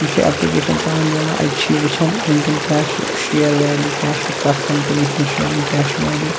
یہِ چھِ ایپلِکیشَن ترٛاوان یلہٕ اَجہِ چھِ یہِ وُچھَن وُنکیٛن کیٛاہ چھُ شِیر ویلیوٗ کیٛاہ چھُ کَتھ کمپٔنی ہٕنٛدٮ۪ن شِیرَن کیٛاہ چھُ ویلیوٗ